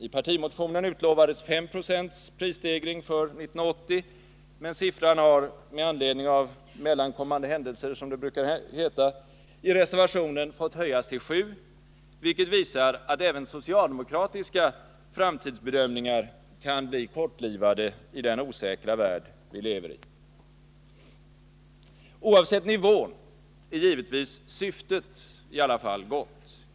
I partimotionen utlovades 5 46 prisstegring för 1980, men siffran har med anledning av mellankommande händelser, som det brukar heta, i reservationen fått höjas till 7, vilket visar att även socialdemokratiska framtidsbedömningar kan bli kortlivade i den osäkra värld vi lever i. Oavsett nivån är givetvis syftet i alla fall gott.